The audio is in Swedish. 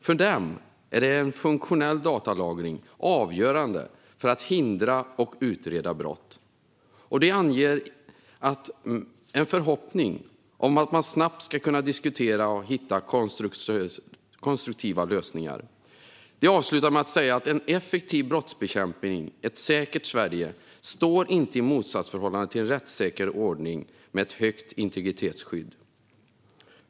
För dem är en funktionell datalagring avgörande för att hindra och utreda brott. Och de anger en förhoppning om att man snabbt ska kunna diskutera och hitta konstruktiva lösningar. De avslutar med att säga att en effektiv brottsbekämpning och ett säkert Sverige inte står i motsatsförhållande till en rättssäker ordning med ett högt integritetsskydd.